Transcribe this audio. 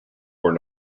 were